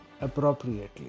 appropriately